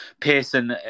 Pearson